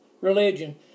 religion